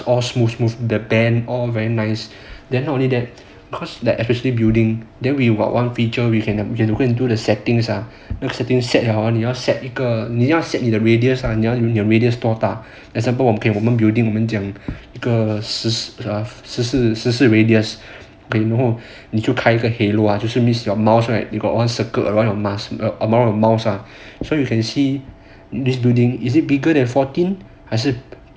all smooth smooth the band all very nice then not only that cause like especially building then we got one feature you can you can go and do the settings ah the setting set 了 hor 你要 set 一个你要 set 你的 radius ah 你要你的 radius 多大 example okay 我们 building 我们讲一个十四 radius 然后你就开一个 halo ah 就是 means your mouse right you got one circle around your mouse right so you can see this building is it bigger than fourteen 还是